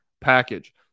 package